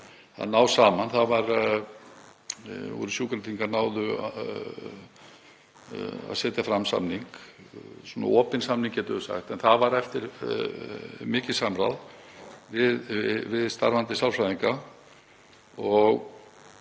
að ná saman þar, Sjúkratryggingar náðu að setja fram samning, svona opinn samning getum við sagt, en það var eftir mikið samráð við starfandi sálfræðinga.